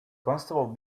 constable